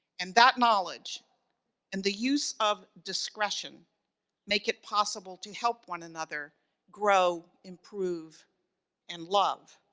and that knowledge and the use of discretion make it possible to help one another grow, improve and love.